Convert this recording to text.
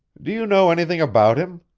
do you know anything about him?